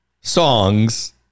Songs